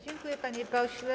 Dziękuję, panie pośle.